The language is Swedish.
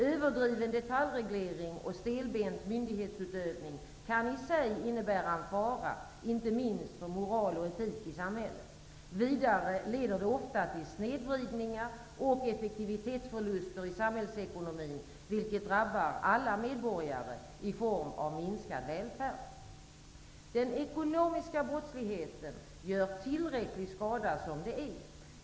Överdriven detaljreglering och stelbent myndighetsutövning kan i sig innebära en fara, inte minst för moral och etik i samhället. Vidare leder det ofta till snedvridningar och effektivitetsförluster i samhällsekonomin, vilket drabbar alla medborgare i form av minskad välfärd. Den ekonomiska brottsligheten gör tillräcklig skada som det är.